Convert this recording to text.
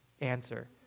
answer